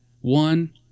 one